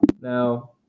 Now